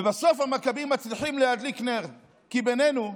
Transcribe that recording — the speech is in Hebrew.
ובסוף המכבים מצליחים להדליק נר, כי בינינו,